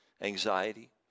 Anxiety